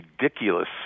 ridiculous